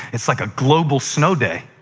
it's like a global snow day